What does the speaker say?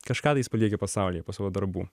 kažką tais palieki pasaulyje po savo darbų